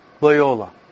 Loyola